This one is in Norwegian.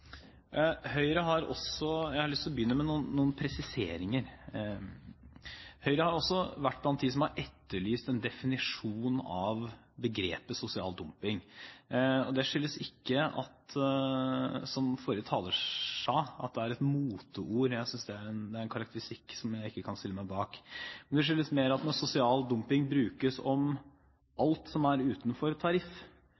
Høyre har også vært blant dem som har etterlyst en definisjon av begrepet «sosial dumping». Det skyldes ikke, som forrige taler sa, at det er et moteord – jeg synes det er en karakteristikk som jeg ikke kan stille meg bak. Det skyldes mer at når sosial dumping brukes om